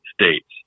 states